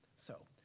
so,